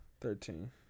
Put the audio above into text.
thirteen